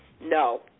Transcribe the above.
No